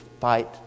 fight